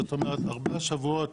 זאת אומרת, 4 שבועות